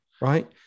Right